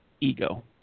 Ego